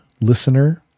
listener